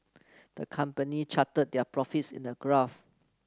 the company charted their profits in a graph